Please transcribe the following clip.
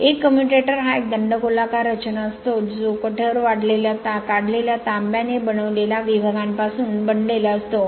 एक कम्युटेटर हा एक दंडगोलाकार रचना असतो जो कठोर काढलेल्या तांब्याने बनविलेल्या विभागांपासून बनलेला असतो